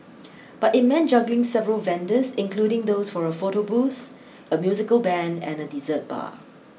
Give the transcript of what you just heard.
but it meant juggling several vendors including those for a photo booth a musical band and a dessert bar